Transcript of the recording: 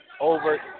over